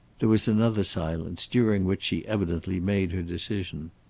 there was another silence, during which she evidently made her decision.